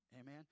Amen